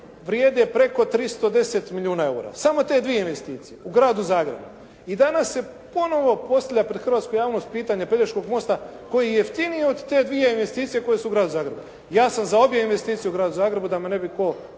vrijede preko 310 milijuna eura. Samo te dvije investicije u Gradu Zagrebu. I danas se ponovno postavlja pred hrvatsku javnost pitanje Pelješkog mosta koji je jeftiniji od te dvije investicije koje su u Gradu Zagrebu. Ja sam za obje investicije u Gradu Zagrebu da me nebi tko